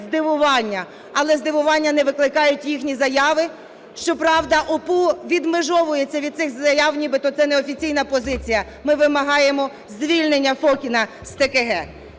здивування. Але здивування не викликають їхні заяви, щоправда, ОП відмежовується від цих заяв, нібито це не офіційна позиція. Ми вимагаємо звільнення Фокіна з ТКГ.